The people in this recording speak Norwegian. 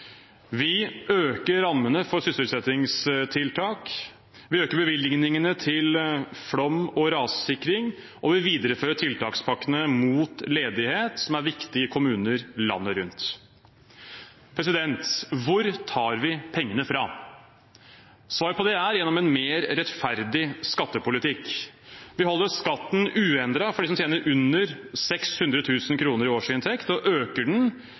Vi øker rammene for sysselsettingstiltak, vi øker bevilgningene til flom og rassikring, og vi viderefører tiltakspakkene mot ledighet, som er viktig i kommuner landet rundt. Hvor tar vi pengene fra? Svaret på det er gjennom en mer rettferdig skattepolitikk. Vi holder skatten uendret for dem som tjener under 600 000 kr i året, og øker den